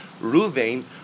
Ruvain